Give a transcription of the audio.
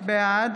בעד